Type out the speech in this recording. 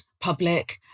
public